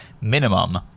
minimum